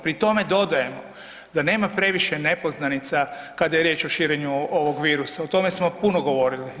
Pri tome dodajemo da nema previše nepoznanica kada je riječ o širenju ovog virusa, o tome smo puno govorili.